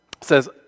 says